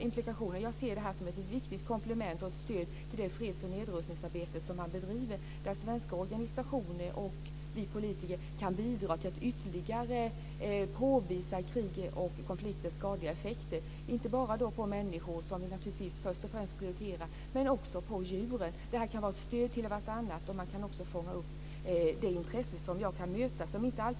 Jag ser detta som ett viktigt komplement och stöd till det freds och nedrustningsarbete som man bedriver, där svenska organisationer och vi politiker kan bidra till att ytterligare påvisa krigs och konflikters skadliga effekter, inte bara på människor, som vi naturligtvis prioriterar, utan också på djur. Detta kan vara ett stöd, och man kan också fånga upp det intresse som finns.